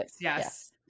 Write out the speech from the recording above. Yes